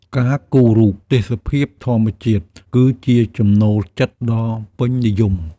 ការគូររូបទេសភាពធម្មជាតិគឺជាចំណូលចិត្តដ៏ពេញនិយម។